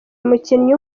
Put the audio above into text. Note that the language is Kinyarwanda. umukinnyi